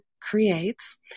Creates